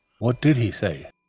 what did he say?